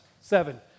Seven